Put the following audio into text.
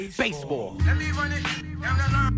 baseball